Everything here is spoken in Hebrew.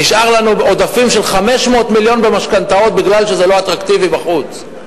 נשארו לנו עודפים של 500 מיליון במשכנתאות כי זה לא אטרקטיבי בחוץ.